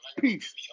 Peace